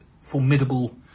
formidable